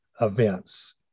events